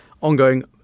ongoing